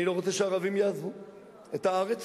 אני לא רוצה שהערבים יעזבו את הארץ.